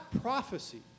prophecy